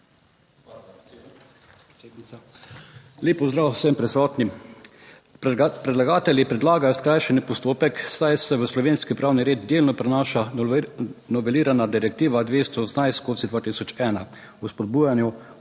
Lep pozdrav vsem prisotnim! Predlagatelji predlagajo skrajšani postopek, saj se v slovenski pravni red delno prenaša novelirana Direktiva 218/2001 o spodbujanju